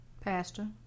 Pastor